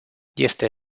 este